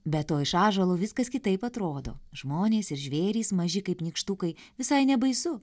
be to iš ąžuolo viskas kitaip atrodo žmonės ir žvėrys maži kaip nykštukai visai nebaisu